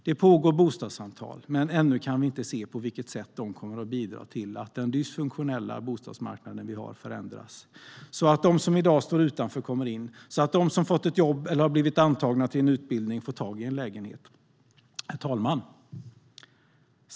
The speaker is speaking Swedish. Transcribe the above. Det pågår bostadssamtal, men ännu kan vi inte se på vilket sätt de kommer att bidra till att den dysfunktionella bostadsmarknad vi har förändras, så att de som i dag står utanför kommer in och så att de som fått jobb eller blivit antagna till en utbildning får tag i en lägenhet. Herr talman!